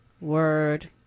Word